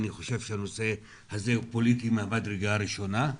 אני חושב שהנושא הזה הוא פוליטי מהמדרגה הראשונה.